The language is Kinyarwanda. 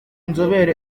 nzobere